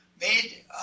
made